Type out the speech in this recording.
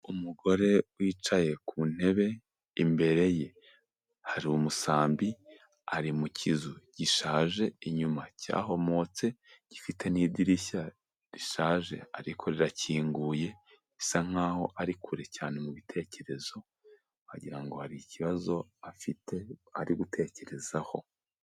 Umugore wicaye ku ntebe, imbere ye hari umusambi, ari mukizu gishaje inyuma cyahomotse, gifite n'idirishya rishaje ariko rirakinguye, bisa nkaho ari kure cyane mu bitekerezo, wagira ngo hari ikibazo afite ari gutekerezaho.